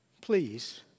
please